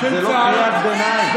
זו לא קריאת ביניים.